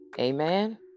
Amen